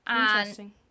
Interesting